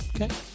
Okay